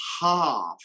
half